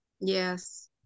Yes